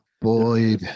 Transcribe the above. boy